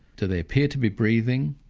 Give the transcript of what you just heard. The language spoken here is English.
do they appear to be breathing,